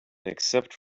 except